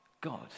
God